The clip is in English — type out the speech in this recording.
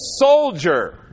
soldier